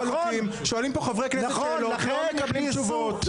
שואלים פה חברי הכנסת שאלות, ולא מקבלים תשובות.